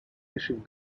fishing